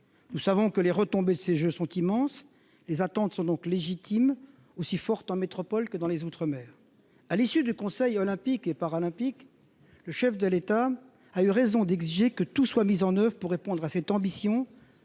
Nous savons que les retombées de ces jeux seront immenses. Les attentes sont donc légitimes et aussi fortes en métropole que dans les outre-mer. À l'issue du conseil olympique et paralympique, le chef de l'État a eu raison d'exiger que tout soit mis en oeuvre pour répondre à cette ambition